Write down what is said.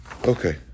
Okay